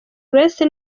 grace